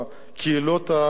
קהילות חרדיות,